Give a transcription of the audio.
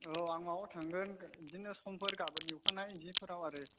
औ आं माबायाव थांगोन बिदिनो समफोर गाबोननि अखानायै बिदिफोराव आरो